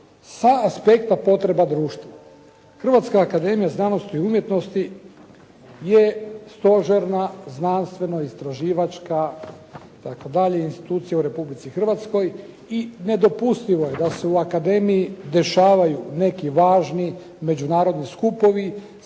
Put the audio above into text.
sa aspekta potreba društva. Hrvatska akademija znanosti i umjetnosti je stožerna znanstveno-istraživačka itd. institucija u Republici Hrvatskoj i nedopustivo je da se u akademiji dešavaju neki važni međunarodni skupovi